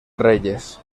reyes